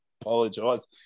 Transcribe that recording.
apologise